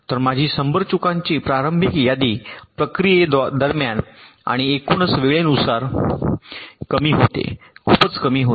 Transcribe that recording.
तर माझी 100 चुकांची प्रारंभिक यादी प्रक्रियेदरम्यान आणि एकूणच वेळेनुसार कमी होते खूपच कमी होते